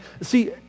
see